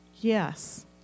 Yes